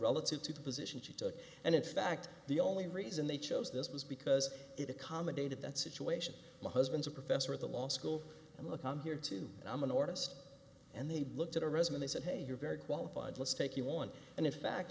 relative to the position she took and in fact the only reason they chose this was because it accommodated that situation my husband's a professor at the law school and look on here too i'm an orchestra and they looked at her resume they said hey you're very qualified let's take you on and in fact